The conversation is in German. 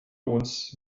uns